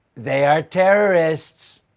they are terrorists.